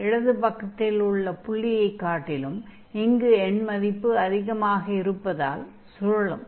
இடது பக்கத்தில் உள்ள புள்ளியைக் காட்டிலும் இங்கு எண்மதிப்பு அதிகமாக இருப்பதால் சுழலும்